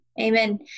Amen